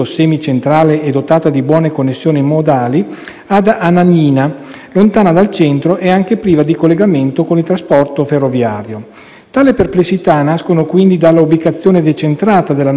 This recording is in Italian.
ad Anagnina, lontana dal centro e priva di collegamento con il trasporto ferroviario. Tali perplessità nascono quindi dall'ubicazione decentrata della nuova autostazione, da una minore integrazione modale,